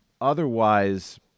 Otherwise